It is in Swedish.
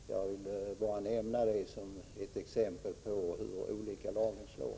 Jag vill bara nämna det som ett exempel på hur olika lagen slår.